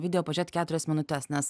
video pažiūrėt keturias minutes